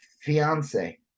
fiance